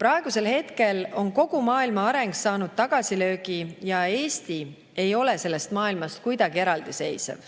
Praegusel hetkel on kogu maailma areng saanud tagasilöögi ja Eesti ei ole sellest maailmast kuidagi eraldi seisev.